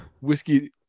whiskey